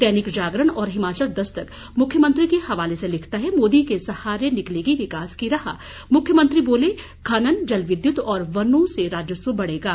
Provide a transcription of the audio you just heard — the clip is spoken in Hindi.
दैनिक जागरण और हिमाचल दस्तक मुख्यमंत्री के हवाले से लिखता है मोदी के सहारे निकलेगी विकास की राह मुख्यमंत्री बोले खनन जल विद्युत और वनों से राजस्व बढ़े गा